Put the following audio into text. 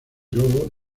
globo